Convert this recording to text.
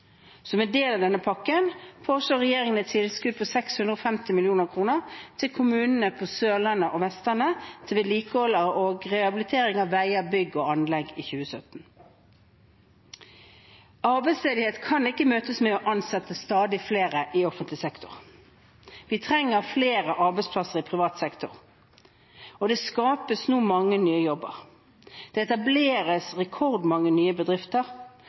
Som en del av denne pakken foreslår regjeringen et tilskudd på 650 mill. kr til kommunene på Sørlandet og Vestlandet til vedlikehold og rehabilitering av veier og bygg og anlegg i 2017. Arbeidsledighet kan ikke møtes med å ansette stadig flere i offentlig sektor. Vi trenger flere arbeidsplasser i privat sektor. Og det skapes nå mange nye jobber. Det etableres rekordmange nye bedrifter.